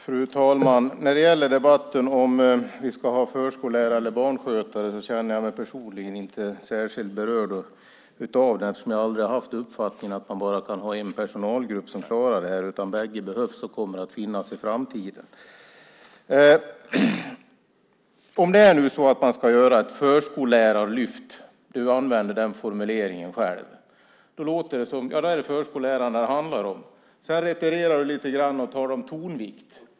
Fru talman! När det gäller debatten om vi ska ha förskollärare eller barnskötare känner jag mig personligen inte särskilt berörd, eftersom jag aldrig har haft uppfattningen att vi kan ha bara en personalgrupp. Bägge behövs och kommer att finnas i framtiden. Om man nu ska göra ett förskollärarlyft - du använder den formuleringen själv - är det förskollärarna det handlar om. Sedan retirerar du lite grann och talar om tonvikt.